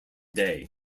day